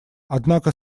однако